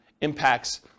impacts